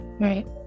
Right